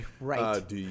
right